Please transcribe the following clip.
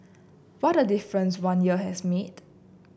what a difference one year has made